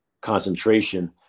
concentration